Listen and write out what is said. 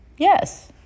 Yes